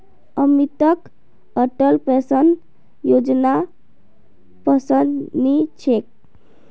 अमितक अटल पेंशन योजनापसंद नी छेक